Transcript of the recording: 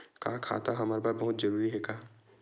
का खाता हमर बर बहुत जरूरी हे का?